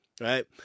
right